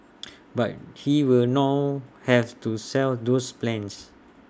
but he will now have to shelve those plans